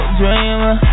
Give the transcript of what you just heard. dreamer